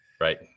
right